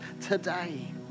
today